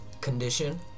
condition